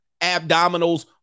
abdominals